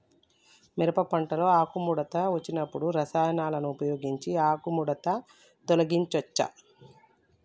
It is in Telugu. మిరప పంటలో ఆకుముడత వచ్చినప్పుడు రసాయనాలను ఉపయోగించి ఆకుముడత తొలగించచ్చా?